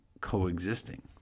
coexisting